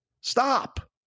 stop